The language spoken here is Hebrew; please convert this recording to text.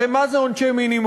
הרי מה זה עונשי מינימום,